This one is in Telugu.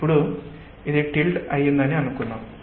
ఇప్పుడు ఇది టిల్ట్ అయిందని అనుకుందాం